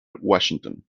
washington